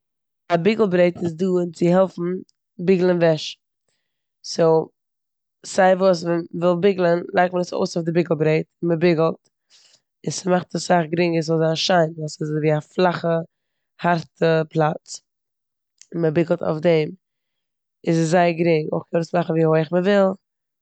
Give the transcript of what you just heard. א ביגעל- ברעט איז דא אונז צו העלפן ביגלען וועש. סאו זיי וואס מ'וויל ביגלען לייגט מען עס אויס אויף די ביגעל-ברעט און מ'ביגעלט און ס'מאכט עס סאך גרינגער ס'זאל שיין ווייל ס'אזויווי א פלאכע הארטע פלאץ און מ'ביגעלט אויף דעם איז עס זייער גרינג. אויך קען מען עס מאכן ווי הויעך מ'וויל.